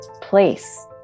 place